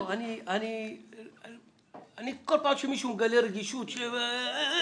לא, אני כל פעם שמישהו מגלה רגישות אני קופץ.